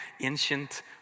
ancient